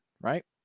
right